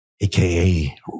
AKA